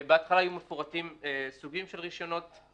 בהתחלה היו מפורטים סוגים של רישיונות.